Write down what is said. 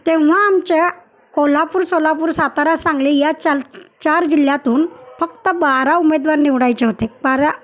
तेव्हा आमच्या कोल्हापूर सोलापूर सातारा सांगली या चाल चार जिल्ह्यातून फक्त बारा उमेदवार निवडायचे होते बारा